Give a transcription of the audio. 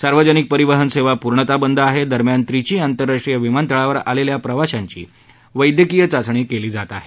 सार्वजनिक परिवहन सेवा पूर्णतः बंद आहेत दरम्यान त्रीची आंतरराष्ट्रीय विमानतळावर आलेल्या प्रवाशांची वैद्यकीय चाचणी केली जात आहे